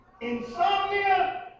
Insomnia